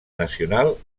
nacional